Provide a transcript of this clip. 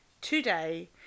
today